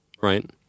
right